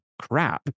crap